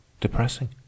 depressing